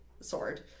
sword